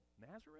Nazareth